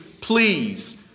Please